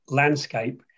landscape